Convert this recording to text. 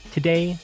Today